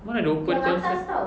mana ada open concept